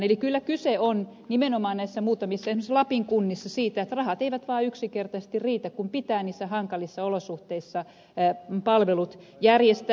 kyllä kyse on nimenomaan näissä muutamissa esimerkiksi lapin kunnissa siitä että rahat eivät vaan yksinkertaisesti riitä kun pitää niissä hankalissa olosuhteissa palvelut järjestää